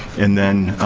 and then,